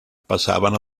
passaven